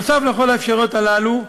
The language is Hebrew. נוסף על כל האפשרויות הללו,